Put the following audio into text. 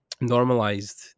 normalized